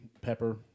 Pepper